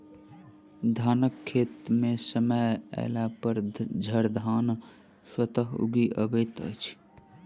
धानक खेत मे समय अयलापर झड़धान स्वतः उगि अबैत अछि